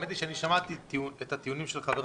האמת היא ששמעתי את הטיעונים של חבריי,